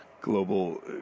global